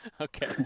Okay